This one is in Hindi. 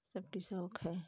सबका शौक़ है